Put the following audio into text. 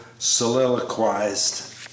soliloquized